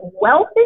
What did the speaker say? wealthy